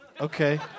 Okay